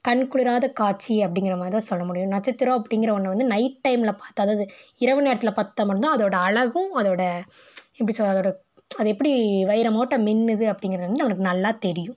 கண் குளிரா காட்சி அப்படிங்கிற மாதிரிதான் சொல்ல முடியும் நட்சத்திரம் அப்படிங்கிற ஒன்றை வந்து நைட் டைமில் பார்த்தா அது இரவு நேரத்தில் பார்த்தா மட்டுந்தான் அதோட அழகும் அதோட எப்படி சொல்கிறது அதோட அது எப்படி வைரமாட்டம் மின்னுது அப்படிங்கிறது வந்து நம்மளுக்கு நல்லா தெரியும்